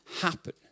happen